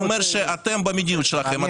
אני אומר שאתם במדיניות שלכם,